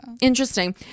interesting